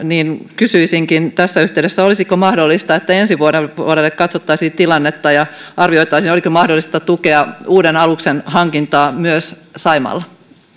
kysyisinkin tässä yhteydessä olisiko mahdollista että ensi vuodelle katsottaisiin tilannetta ja arvioitaisiin olisiko mahdollista tukea uuden aluksen hankintaa myös saimaalla